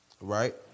Right